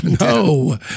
No